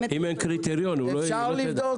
אפשר לבדוק